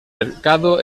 mercado